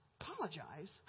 Apologize